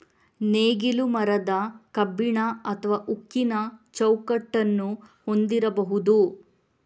ನೇಗಿಲು ಮರದ, ಕಬ್ಬಿಣ ಅಥವಾ ಉಕ್ಕಿನ ಚೌಕಟ್ಟನ್ನು ಹೊಂದಿರಬಹುದು